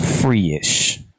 free-ish